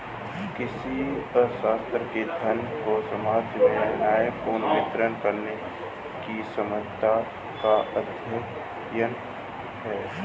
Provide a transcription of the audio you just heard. कृषि अर्थशास्त्र, धन को समाज में न्यायपूर्ण वितरण करने की समस्याओं का अध्ययन है